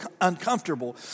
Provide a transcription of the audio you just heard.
uncomfortable